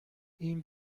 این